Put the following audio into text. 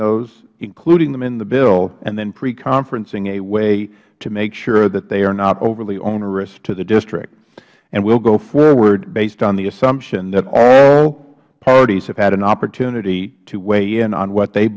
those including them in the bill and then pre conferencing them in a way to make sure that they are not overly onerous tribe the district and we will go forward based on the assumption that all parties have had an opportunity to weigh in on what they